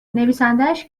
نویسندهاش